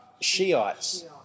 Shiites